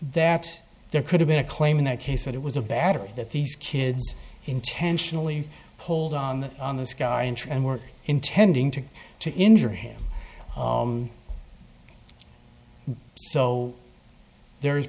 that there could have been a claim in that case that it was a battery that these kids intentionally pulled on on this guy and try and were intending to to injure him so there is